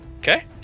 Okay